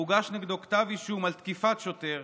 הוגש נגדו כתב אישום על תקיפת שוטר,